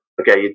Okay